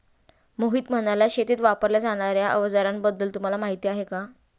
मोहित म्हणाला, शेतीत वापरल्या जाणार्या अवजारांबद्दल तुम्हाला माहिती आहे का?